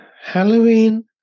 Halloween